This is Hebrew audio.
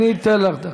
אני אתן לך דקה.